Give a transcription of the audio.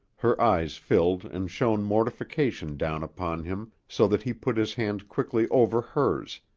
her eyes filled and shone mortification down upon him so that he put his hand quickly over hers,